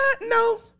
No